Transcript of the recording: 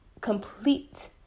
complete